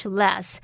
less